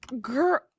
girl